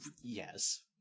Yes